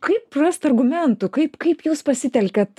kaip rast argumentų kaip kaip jūs pasitelkiat